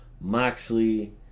Moxley